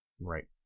Right